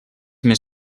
més